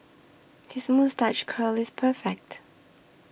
his moustache curl is perfect